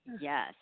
yes